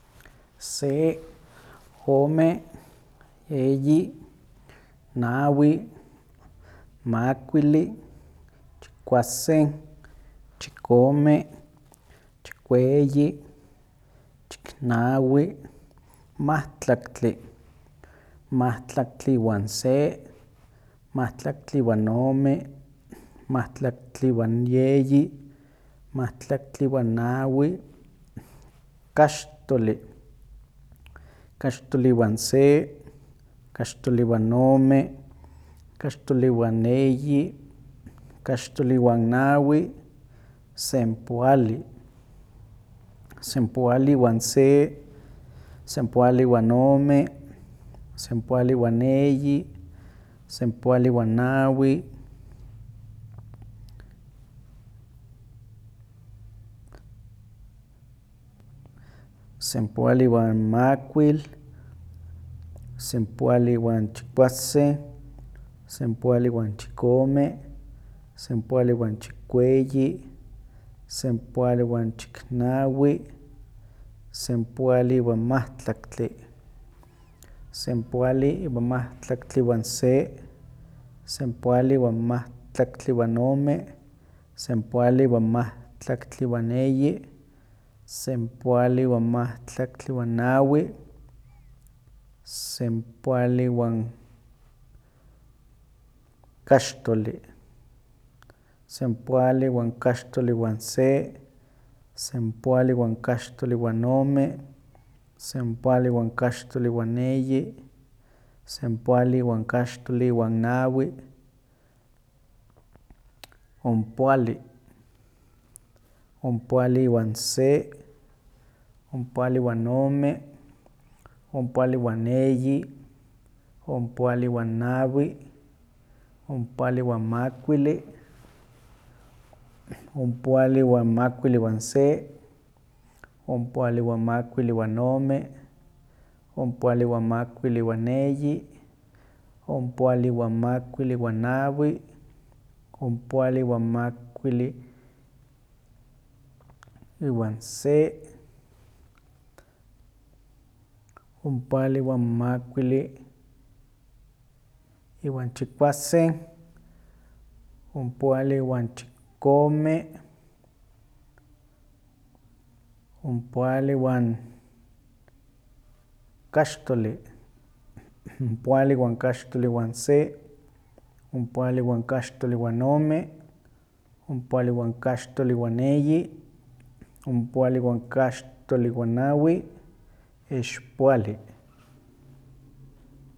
Se, ome, eyi, nawi, makuilli, chikuasen, chikome, chikueyi, chiknawi, mahtlaktli, mahtlaktli iwan se, mahtlaktli iwan ome, mahtlaktli iwan eyi, mahtlaktli iwan nawi, kaxtoli, kaxtoli iwan se, kaxtoli iwan ome, kaxtoli iwan eyi, kaxtoli iwan nawi, sempoalli, sempoalli iwan se, sempoalli iwan ome, sempoalli iwan eyi, sempoalli iwan nawi, sempoalli iwan makuil, sempoalli iwan chikuasen, sempoalli iwan chikome, sempoalli iwan chikueyi, sempoalli iwan chiknawi, sempoalli iwan mahtlaktli, sempoalli iwan mahtlaktli iwan se, sempoalli iwan mahtlaktli iwan ome, sempoalli iwan mahtlaktli iwan eyi, sempoalli iwan mahtlaktli iwan nawi, sempoalli iwan kaxtoli, sempoalli iwan kaxtoli iwan se, sempoalli iwan kaxtoli iwan ome, sempoalli iwan kaxtoli iwan eyi, sempoalli iwan kaxtoli iwan nawi, ompoalli, ompoalli iwan se, ompoalli iwan ome, ompoalli iwan eyi, ompoalli iwan nawi, ompoalli iwan makuilli, ompoalli iwan makuilli iwan ome, ompoalli iwan makuilli iwan eyi, ompoalli iwan makuilli iwan nawi, ompoalli iwan makuilli iwan se, ompoalli iwan makuilli iwan chikuasen, ompoalli iwan chikome, ompoalli iwan kaxtoli, ompoalli iwan kaxtoli iwan se, ompoalli iwan kaxtoli iwan ome, ompoalli iwan kaxtoli iwan eyi, ompoalli iwan kaxtoli iwan nawi, expoalli.